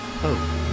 hope